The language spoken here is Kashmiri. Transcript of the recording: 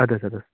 اَدٕ حظ اَدٕ حظ